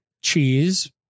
cheese